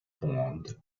formed